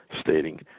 stating